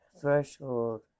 Threshold